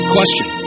Question